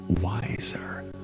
wiser